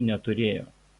neturėjo